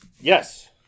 Yes